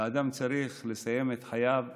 ואדם צריך לסיים את חייו בכבוד,